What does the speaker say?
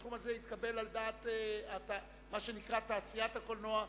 הסכום הזה התקבל על דעת מה שנקרא תעשיית הקולנוע,